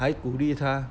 还鼓励他